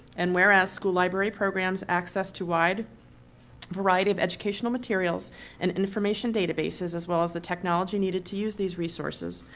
and whereas school library programs access to wide variety of educational materials and information databases as well as the technology needed to use these resources.